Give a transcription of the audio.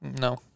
no